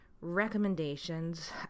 recommendations